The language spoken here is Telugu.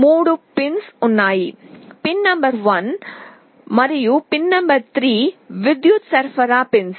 3 పిన్స్ ఉన్నాయి పిన్ నంబర్ 1 మరియు పిన్ నంబర్ 3 విద్యుత్ సరఫరా పిన్స్